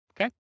okay